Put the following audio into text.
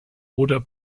oder